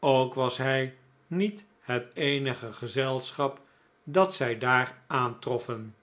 ook was hij niet het eenige gezelschap dat zij daar aantroffen